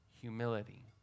humility